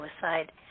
suicide